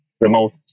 remote